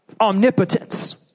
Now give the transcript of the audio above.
omnipotence